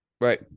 Right